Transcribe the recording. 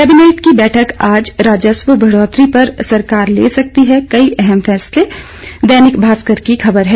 cabinet की बैठक आज राजस्व बढ़ोतरी पर सरकार ले सकती है कई अहम फैसले दैनिक भास्कर की खबर है